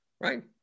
right